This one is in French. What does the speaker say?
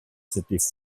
s’étaient